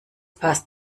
passt